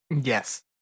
Yes